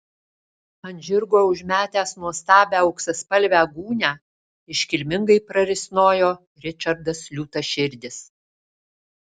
ant žirgo užmetęs nuostabią auksaspalvę gūnią iškilmingai prarisnojo ričardas liūtaširdis